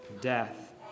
death